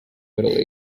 middle